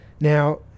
Now